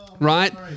right